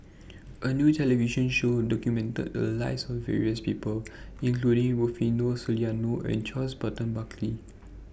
A New television Show documented The Lives of various People including Rufino Soliano and Charles Burton Buckley